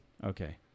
Okay